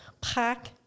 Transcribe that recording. pack